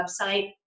website